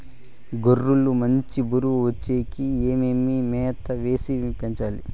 గొర్రె లు మంచి బరువు వచ్చేకి ఏమేమి మేత వేసి పెంచాలి?